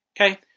Okay